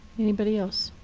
anybody else?